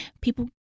people